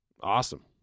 Awesome